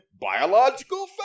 biological